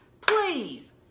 Please